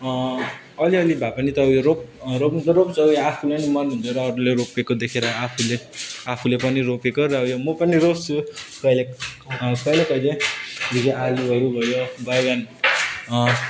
अलिअलि भए पनि त उयो रोप् रोप्नु त रोप्छ उयो आफ्नै मन हुने र अरूले रोपेको देखेर आफूले आफूले पनि रोपेको र उयो म पनि रोप्छु कहिले कहिले कहिले जे जे आलुहरू भयो बैगन